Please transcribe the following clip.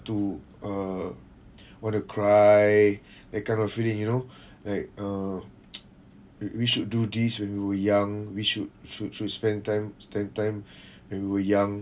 to uh want to cry that kind of feeling you know like uh we we should do this when we were young we should should should spend time spend time when we're young